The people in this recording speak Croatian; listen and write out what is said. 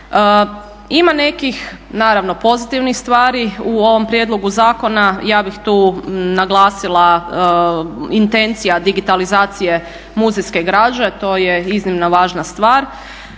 Ima nekih naravno pozitivnih stvari u ovom prijedlogu zakona. Ja bih tu naglasila intencija digitalizacije muzejske građe to je iznimno važna stvar